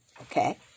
okay